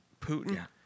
Putin